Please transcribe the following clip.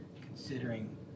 considering